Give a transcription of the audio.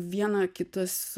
viena kitas